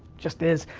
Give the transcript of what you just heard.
just is.